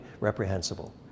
reprehensible